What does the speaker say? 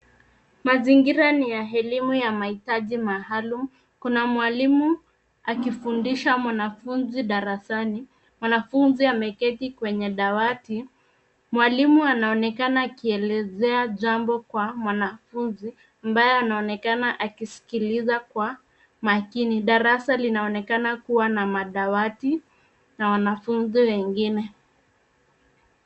Mazingira ni ya elimu ya mahitaji maalumu. Kuna mwalimu akifundisha mwanafunzi darasani. Mwanafunzi ameketi kwenye dawati. Mwalimu anaonekana akielezea jambo kwa mwanafunzi ambaye anaonekana aki sikiliza kwa makini. Darasa linaonekana kuwa na madawati na wanafunzi wengine.